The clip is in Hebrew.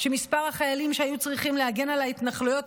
שמספר החיילים שהיו צריכים להגן על ההתנחלויות